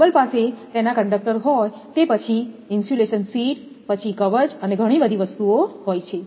cable પાસે તેના conductor હોય તે પછી ઇન્સ્યુલેશન શીટ કવચ ઘણી બધી વસ્તુઓ હોય છે